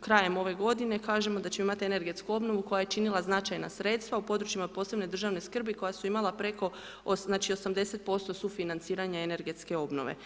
krajem ove godine kažemo da ćemo imati energetsku obnovu koja je činila značajna sredstva u područjima od posebne državne skrbi koja su imala preko, znači 80% sufinanciranja energetske obnove.